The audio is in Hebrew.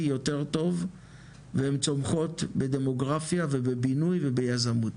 יותר טוב והם צומחות בדמוגרפיה ובבינוי וביזמות,